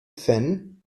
fan